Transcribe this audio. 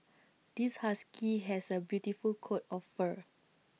this husky has A beautiful coat of fur